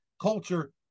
culture